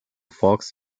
fox